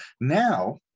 now